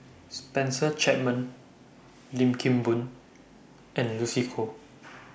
Spencer Chapman Lim Kim Boon and Lucy Koh